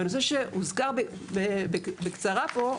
והנושא שהוזכר בקצרה פה,